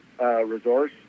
resource